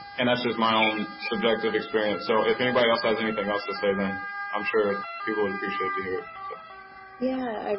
and that's just my own subjective experience. so if anybody else has anything else to say then i'm sure people would appreciate to hear it. so yeah